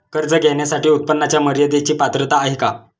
कर्ज घेण्यासाठी उत्पन्नाच्या मर्यदेची पात्रता आहे का?